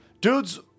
dudes